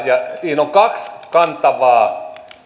siinä on kaksi kantavaa